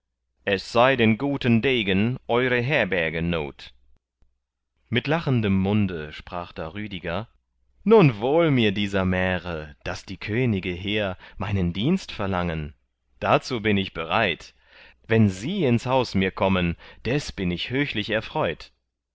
es sei den guten degen eure herberge not mit lachendem munde sprach da rüdiger nun wohl mir dieser märe daß die könge hehr meinen dienst verlangen dazu bin ich bereit wenn sie ins haus mir kommen des bin ich höchlich erfreut